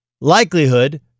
likelihood